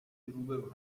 روبرو